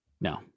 no